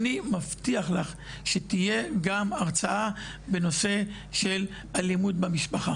אני מבטיח לך שתהיה גם הרצאה בנושא של אלימות במשפחה.